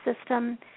system